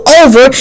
over